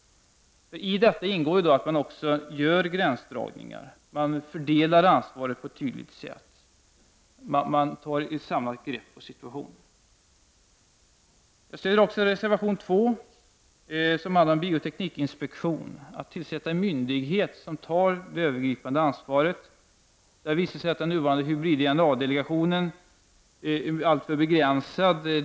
I det ingår också att man gör gränsdragningar, man fördelar ansvaret på ett tydligt sätt. Man tar ett samlat grepp över situationen. Reservation 2 handlar om bioteknikinspektion. Man vill tillsätta en myndighet som tar det övergripande ansvaret. Det har visat sig att den nuvarande hybrid-DNA-delegationen är alltför begränsad.